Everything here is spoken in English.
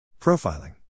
Profiling